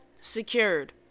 Secured